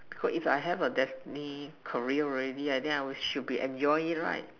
cause if I have a destiny career already right then I will should be enjoy it right